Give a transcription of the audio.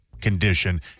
condition